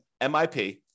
MIP